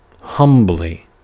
Humbly